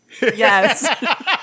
yes